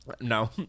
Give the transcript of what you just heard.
No